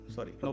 Sorry